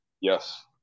Yes